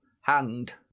hand